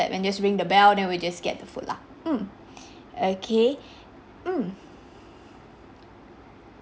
~step and just ring the bell then we just get the food lah mm okay mm